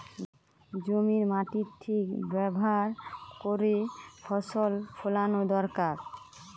জমির মাটির ঠিক ব্যাভার কোরে ফসল ফোলানো দোরকার